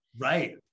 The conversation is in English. Right